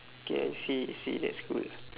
okay I see I see that's cool